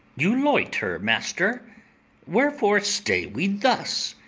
you loiter, master wherefore stay we thus?